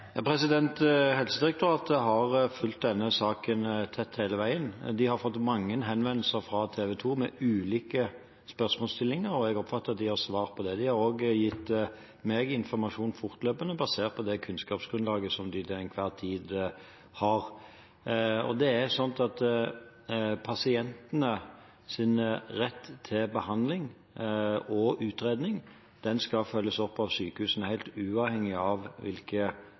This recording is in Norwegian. Helsedirektoratet har fulgt denne saken tett hele veien. De har fått mange henvendelser fra TV 2 med ulike spørsmålsstillinger, og jeg oppfatter at de har svart på det. De har også gitt meg informasjon fortløpende basert på det kunnskapsgrunnlaget som de til enhver tid har. Pasientenes rett til behandling og utredning skal følges opp av sykehusene helt uavhengig av hvilke